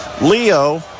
Leo